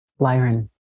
Lyran